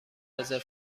رزرو